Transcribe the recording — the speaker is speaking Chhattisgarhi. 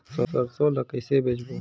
सरसो ला कइसे बेचबो?